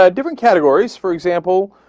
ah different categories for example